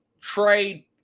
trade